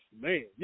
man